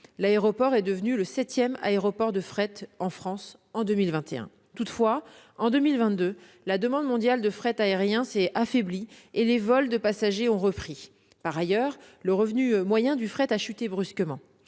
L'aéroport est devenu le septième aéroport de fret en France en 2021. Toutefois, en 2022, la demande mondiale de fret aérien s'est affaiblie et les vols de passagers ont repris. Par ailleurs, le revenu moyen du fret a chuté brusquement.